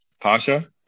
Pasha